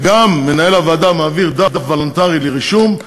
וגם אם מנהל הוועדה מעביר דף וולונטרי לרישום,